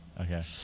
Okay